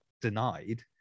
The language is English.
denied